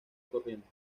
corriente